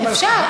אפשר.